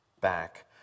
back